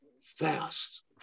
fast